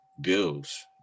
bills